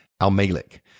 Al-Malik